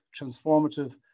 transformative